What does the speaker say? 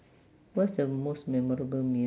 what's the most memorable meal